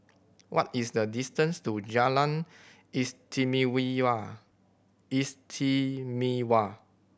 what is the distance to Jalan Istimewa